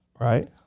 right